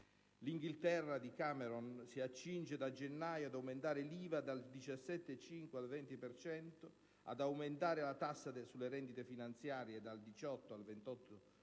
L'Inghilterra di Cameron si accinge da gennaio ad aumentare l'IVA dal 17,5 al 20 per cento e ad incrementare la tassa sulle rendite finanziarie dal 18 al 28